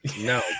no